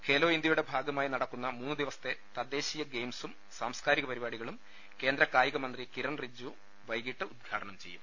ഖേലോ ഇന്ത്യയുടെ ഭാഗമായി നടക്കുന്ന മൂന്ന് ദ്രീവസത്തെ തദ്ദേ ശീയ ഗെയിംസും സാംസ്കാരിക പരിപാടികളും കേന്ദ്ര കായിക മന്ത്രി കിരൺറിജ്ജു വൈകിട്ട് ഉദ്ഘാടനം ചെയ്യും